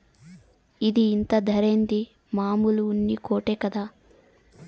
ఇది ఇంత ధరేంది, మామూలు ఉన్ని కోటే కదా